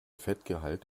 fettgehalt